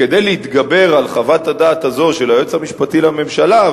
כדי להתגבר על חוות הדעת הזו של היועץ המשפטי לממשלה,